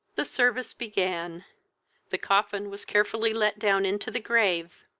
the service began the coffin was carefully let down into the grave,